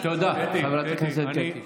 תודה, חברת הכנסת קטי.